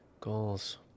Goals